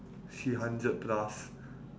three hundred plus